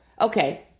Okay